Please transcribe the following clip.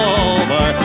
over